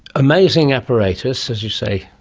amazing apparatus, as you say,